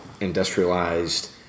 industrialized